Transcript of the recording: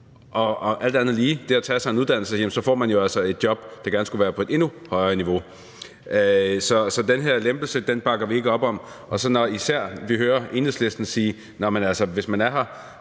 Og alt andet lige vil det at tage sig en uddannelse gøre, at man jo så får et job, der gerne skulle være på et endnu højere niveau. Så den her lempelse bakker vi ikke op om. Især når vi hører Enhedslistens ordfører